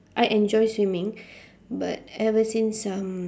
I enjoy swimming but ever since um